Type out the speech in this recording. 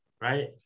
right